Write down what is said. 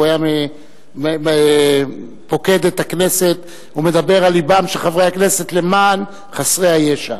הוא היה פוקד את הכנסת ומדבר על לבם של חברי הכנסת למען חסרי הישע.